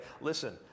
listen